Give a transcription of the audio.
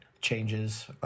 Changes